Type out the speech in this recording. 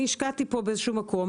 אני השקעתי כאן באיזשהו מקום,